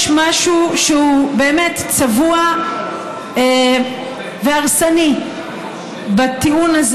יש משהו שהוא באמת צבוע והרסני בטיעון הזה